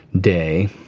Day